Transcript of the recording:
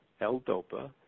L-DOPA